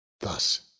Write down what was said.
Thus